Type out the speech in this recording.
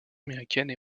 américaine